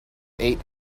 eight